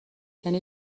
یعنی